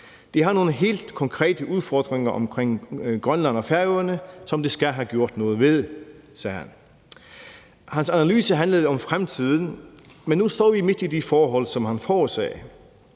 De har nogle helt konkrete udfordringer oppe omkring Færøerne og Grønland, som de skal have gjort noget ved.« Hans analyse handlede om fremtiden, men nu står vi midt i de forhold, som han forudsagde.